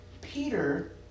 Peter